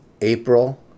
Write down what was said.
April